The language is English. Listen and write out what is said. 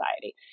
society